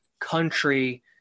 country